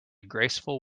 graceful